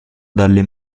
dalle